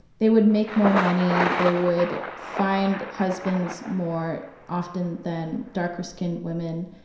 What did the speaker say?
they would make more money. they would find husbands more often than darker-skinned women.